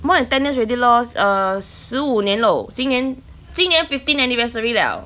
more than ten years already lor err 十五年 loh 今年今年 fifteen anniversary liao